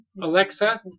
Alexa